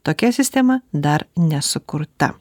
tokia sistema dar nesukurta